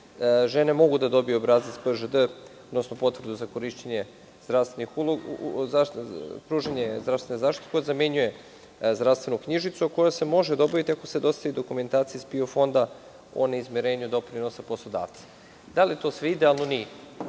žene mogu da dobiju obrazac PŽD, odnosno potvrdu za pružanje zdravstvene zaštite. To zamenjuje zdravstvenu knjižicu. Potvrda se može dobiti ako se dostavi dokumentacija iz PIO Fonda o neizmirenju doprinosa poslodavca. Da li je to sve idealno? Nije,